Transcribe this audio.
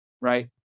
right